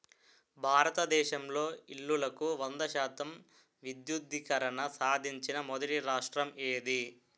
భారతదేశంలో ఇల్లులకు వంద శాతం విద్యుద్దీకరణ సాధించిన మొదటి రాష్ట్రం ఏది?